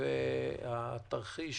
והתרחיש